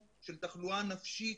של תחלואה נפשית,